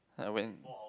like when